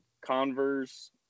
Converse